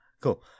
Cool